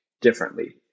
differently